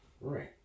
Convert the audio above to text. Right